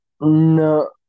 no